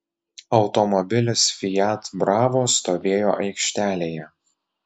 automobilis fiat bravo stovėjo aikštelėje